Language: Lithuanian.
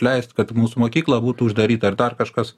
leist kad mūsų mokykla būtų uždaryta ar dar kažkas